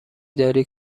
داری